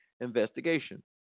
investigation